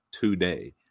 Today